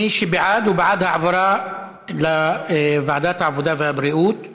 מי שבעד הוא בעד העברה לוועדת העבודה והבריאות,